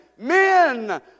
Men